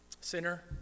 Sinner